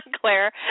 Claire